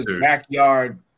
backyard